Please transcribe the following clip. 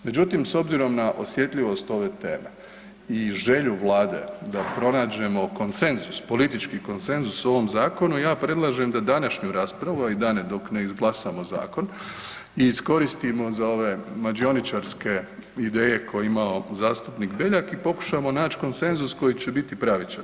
Međutim, s obzirom na osjetljivost ove teme i želju Vlade da pronađemo konsenzus, politički konsenzus u ovom zakonu, ja predlažem da današnju raspravu, a i dane dok ne izglasamo zakon iskoristimo za ove mađioničarske ideje koje je imao zastupnik BEljak i pokušamo naći konsenzus koji će biti pravičan.